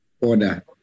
order